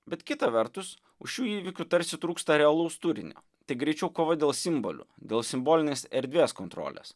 bet kita vertus už šių įvykių tarsi trūksta realaus turinio tik greičiau kovą dėl simbolių dėl simbolinės erdvės kontrolės